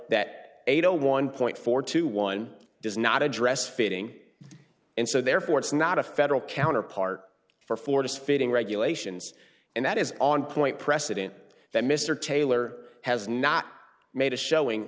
and one point four two one does not address fitting and so therefore it's not a federal counterpart for force feeding regulations and that is on point precedent that mr taylor has not made a showing